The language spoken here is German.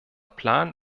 plan